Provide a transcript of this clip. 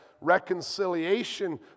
Reconciliation